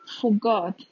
forgot